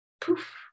poof